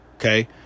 Okay